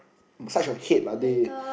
massage your head lah dey